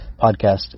podcast